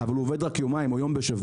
אבל הוא עובד רק יומיים או יום בשבוע,